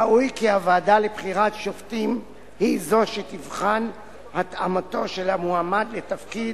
ראוי כי הוועדה לבחירת שופטים היא זו שתבחן התאמתו של המועמד לתפקיד,